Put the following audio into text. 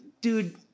dude